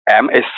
MS